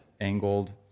Angled